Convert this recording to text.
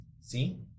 See